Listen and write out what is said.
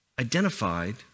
identified